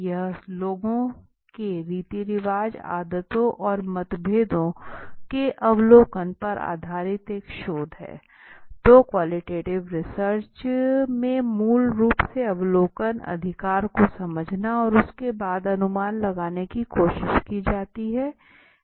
यह लोगों के रीती रिवाज़ आदतों और मतभेदों के अवलोकन पर आधारित एक शोध है तो क्वालिटेटिव रिसर्च में मूल रूप से अवलोकन अधिकार को समझना और उसके बाद अनुमान लगाने की कोशिश की जाती है